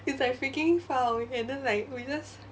it's like freaking far away and then like we just